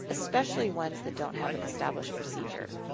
especially ones that don't have an established procedure.